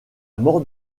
mort